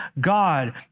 God